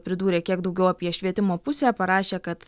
pridūrė kiek daugiau apie švietimo pusę parašė kad